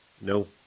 No